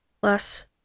plus